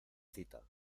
cita